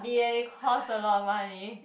ya it cost a lot of money